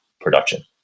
production